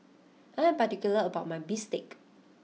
I am particular about my Bistake